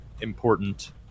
important